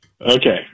Okay